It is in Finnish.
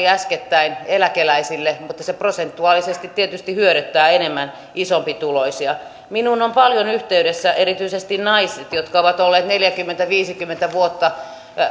äskettäin veroalennus mutta se prosentuaalisesti tietysti hyödyttää enemmän isompituloisia minuun ovat paljon yhteydessä erityisesti naiset jotka ovat olleet neljäkymmentä viiva viisikymmentä vuotta